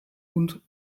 und